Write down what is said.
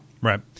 Right